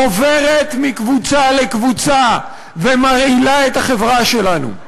עוברת מקבוצה לקבוצה ומרעילה את החברה שלנו,